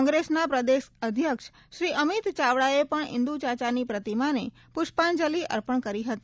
કોંગ્રેસના પ્રદેશ અધ્યક્ષ શ્રી અમીત ચાવડાએ પજ્ઞ ઇન્દુચાચાની પ્રતિમાને પુષ્પાંજલી અર્પણ કરી હતી